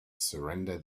surrender